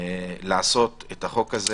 לעשות את החוק הזה.